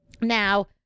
Now